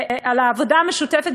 על העבודה המשותפת,